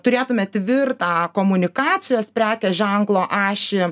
turėtume tvirtą komunikacijos prekės ženklo ašį